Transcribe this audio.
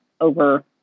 over